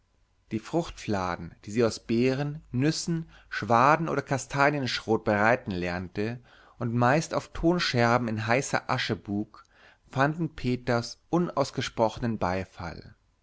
die fruchtfladen die sie aus beeren nüssen schwaden oder kastanienschrot bereiten lernte und meist auf tonscherben in heißer asche buk fanden peters unausgesprochenen beifall